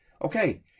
Okay